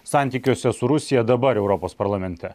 santykiuose su rusija dabar europos parlamente